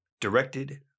directed